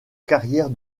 carrière